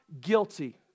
guilty